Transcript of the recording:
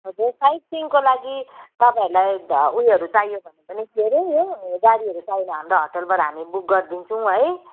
हजुर साइड सिनको लागि तपाईँहरूलाई उयोहरू चाहियो भने पनि के अरे यो गाडीहरू चाहियो भने हाम्रो होटलबाट हामी बुक गरिदिन्छौँ है